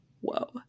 Whoa